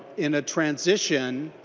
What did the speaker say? in a transition